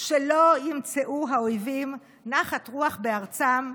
שלא ימצאו האויבים נחת רוח בארצם,